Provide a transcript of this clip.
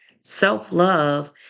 Self-love